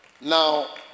Now